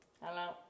Hello